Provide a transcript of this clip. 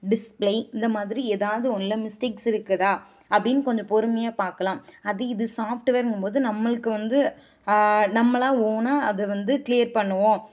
display இந்த மாதிரி ஏதாவது ஒன்னில் மிஸ்டேக்ஸ் இருக்குதுதா அப்படின்னு கொஞ்சம் பொறுமையா பார்க்கலாம் அது இது சாஃப்ட்வேருங்கம்போது நம்மளுக்கு வந்து நம்மளா ஓனா அது வந்து க்ளீயர் பண்ணுவோம்